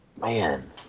man